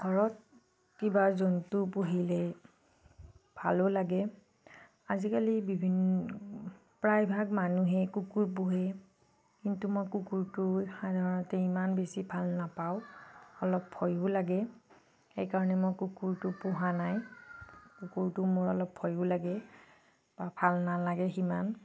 ঘৰত কিবা জন্তু পুহিলে ভালো লাগে আজিকালি বিভিন্ন প্ৰায়ভাগ মানুহে কুকুৰ পোহে কিন্তু মই কুকুৰটো সাধাৰণতে ইমান বেছি ভাল নাপাওঁ অলপ ভয়ো লাগে সেইকাৰণে মই কুকুৰটো পোহা নাই কুকুৰটো মোৰ অলপ ভয়ো লাগে বা ভাল নালাগে সিমান